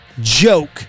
joke